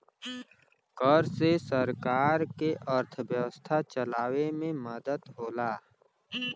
कर से सरकार के अर्थव्यवस्था चलावे मे मदद होला